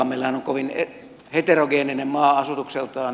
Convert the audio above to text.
meillähän on kovin heterogeeninen maa asutukseltaan